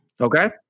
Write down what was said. Okay